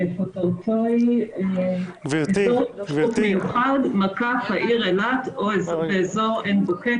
שכותרתו היא אזור תיירות מיוחד - העיר אילת או אזור עין בוקק,